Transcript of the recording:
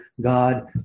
God